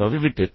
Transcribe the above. தவறவிட்டது